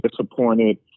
disappointed